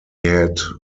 had